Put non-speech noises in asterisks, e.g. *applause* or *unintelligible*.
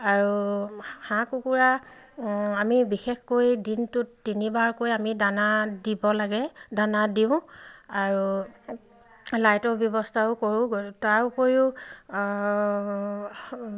আৰু হাঁহ কুকুৰা আমি বিশেষকৈ দিনটোত তিনিবাৰকৈ আমি দানা দিব লাগে দানা দিওঁ আৰু লাইটৰ ব্যৱস্থাও কৰোঁ *unintelligible* তাৰ উপৰিও